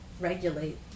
regulate